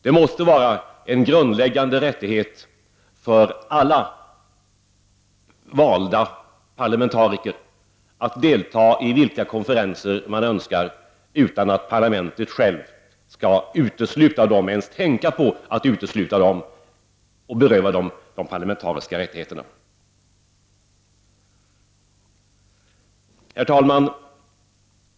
Det måste vara en grundläggande rättighet för alla valda parlamentariker att delta i de konferenser de önskar utan att parlamentet självt skall utesluta dem, eller ens tänka på att utesluta dem, och beröva dem deras parlamentariska rättigheter. Herr talman!